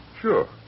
Sure